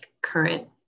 current